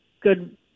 good